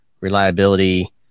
reliability